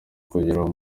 kugeraho